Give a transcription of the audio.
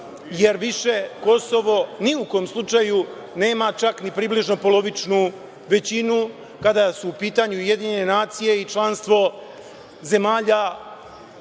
jer više Kosovo ni u kom slučaju nema čak ni približno polovičnu većinu kada su u pitanju Ujedinjene nacije i članstvo zemalja